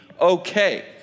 okay